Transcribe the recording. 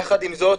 יחד עם זאת,